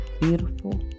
beautiful